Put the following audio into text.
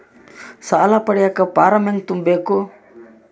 ಸಾಲ ಪಡಿಯಕ ಫಾರಂ ಹೆಂಗ ತುಂಬಬೇಕು?